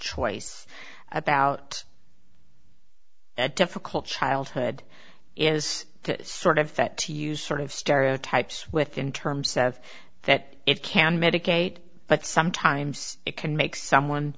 choice about that difficult childhood is the sort of threat to use sort of stereotypes with in terms of that it can medicate but sometimes it can make someone